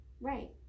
Right